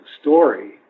story